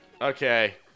okay